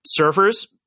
surfers